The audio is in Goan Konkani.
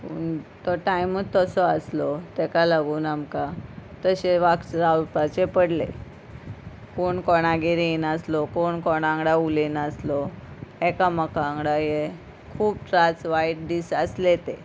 तो टायमूच तसो आसलो ताका लागून आमकां तशे रावपाचे पडलें कोण कोणागेर येयनासलो कोण कोणांगडा उलयनासलो एकामकांकडा हे खूब त्रास वायट दीस आसले ते